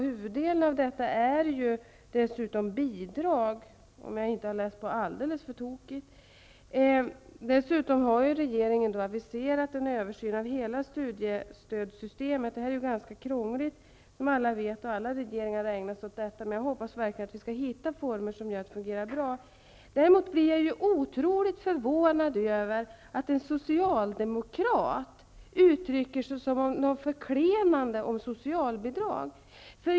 Huvuddelen av detta är ju dessutom bidrag, om jag inte har läst alldeles tokigt. Regeringen har vidare aviserat en översyn av hela studiestödssystemet. Det är ganska krångligt, som alla vet, och alla regeringar har ägnat sig åt detta problem. Jag hoppas verkligen att vi skall kunna finna former som fungerar bra. Däremot blir jag otroligt förvånad över att en socialdemokrat uttrycker sig så förklenande om socialbidrag.